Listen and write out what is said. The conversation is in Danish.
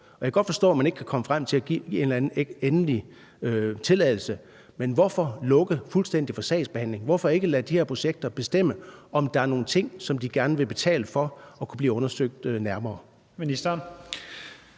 godt forstå, at man ikke kan komme frem til at give en eller anden endelig tilladelse, men hvorfor lukke fuldstændig for sagsbehandlingen? Hvorfor ikke lade folkene bag de her projekter bestemme, om der er nogle ting, som de gerne vil betale for kunne blive undersøgt nærmere?